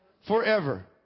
forever